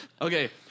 Okay